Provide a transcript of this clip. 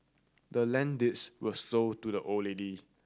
the land deeds was sold to the old lady